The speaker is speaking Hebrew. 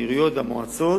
העיריות והמועצות.